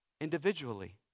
individually